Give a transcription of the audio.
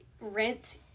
rent